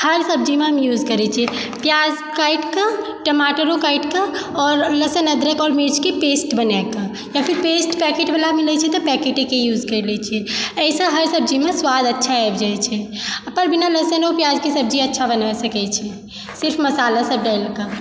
हर सब्जीमे हम यूज करै छियै प्याज काटिके टमाटरो काटिकऽ आओर लहसुन अदरक आओर मिर्चके पेस्ट बनाकऽ या फिर पेस्ट पैकेटवला मिलै छै तऽ पैकेटेकेँ यूज कए लै छियै एहिसँ हर सब्जीमे स्वाद अच्छा आबि जाइ छै ओकर बिना लहसुन प्याजके सब्जी अच्छा बना सकै छी सिर्फ मसाला सब डालिकऽ